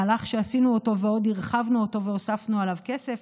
מהלך שעשינו אותו ועוד הרחבנו אותו והוספנו עליו כסף,